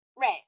right